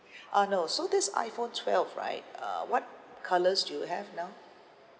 uh no so this iPhone twelve right uh what colours do you have now